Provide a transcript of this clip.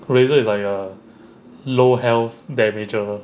razor is like a low health damager